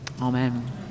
amen